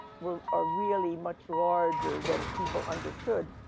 we're ah really much larger than people understood.